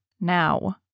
Now